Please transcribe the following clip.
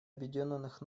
объединенных